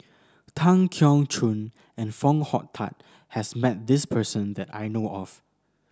Tan Keong Choon and Foo Hong Tatt has met this person that I know of